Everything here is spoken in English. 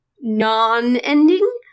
non-ending